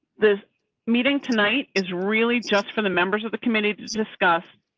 this meeting tonight is really just for the members of the committee to discuss.